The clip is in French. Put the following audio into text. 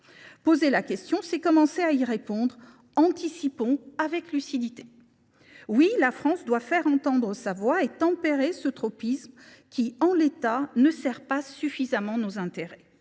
Poser la question, c’est commencer à y répondre. Anticipons avec lucidité. Oui, la France doit faire entendre sa voix et tempérer un tropisme qui, en l’état, ne sert pas suffisamment ses intérêts.